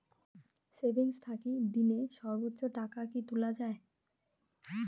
Savings থাকি দিনে সর্বোচ্চ টাকা কি তুলা য়ায়?